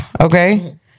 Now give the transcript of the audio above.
okay